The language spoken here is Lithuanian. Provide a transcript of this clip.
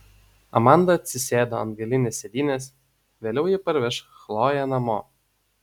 amanda atsisėdo ant galinės sėdynės vėliau ji parveš chloję namo